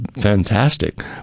fantastic